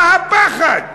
מה הפחד?